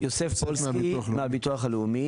יוסף פולסקי מהביטוח הלאומי.